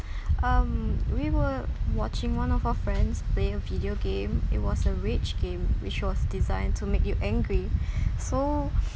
um we were watching one of our friends play a video game it was a rage game which was designed to make you angry so